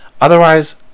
otherwise